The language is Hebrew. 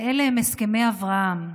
ואלה הם הסכמי אברהם.